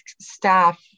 staff